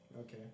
Okay